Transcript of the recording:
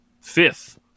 Fifth